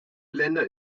länder